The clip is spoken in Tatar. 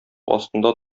астында